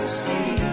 see